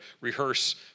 rehearse